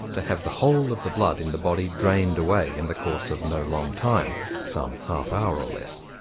to have the whole of the blood in the body drained away in the course of no long time some half-hour or less.